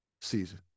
season